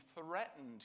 threatened